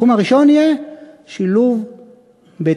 התחום הראשון יהיה שילוב בתעסוקה.